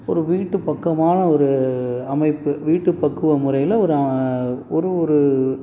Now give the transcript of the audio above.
ஒரு வீட்டு பக்கமான ஒரு அமைப்பு வீட்டு பக்குவ முறையில் ஒரு ஒரு ஒரு